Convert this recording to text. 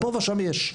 פה ושם יש,